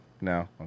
No